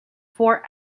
four